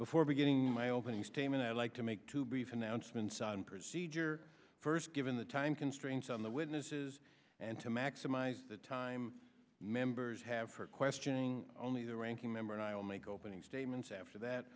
before beginning my opening statement i'd like to make to be finance when saddam procedure first given the time constraints on the witnesses and to maximize the time members have for questioning only the ranking member and i will make opening statements after that